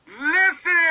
Listen